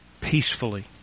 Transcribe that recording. peacefully